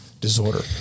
disorder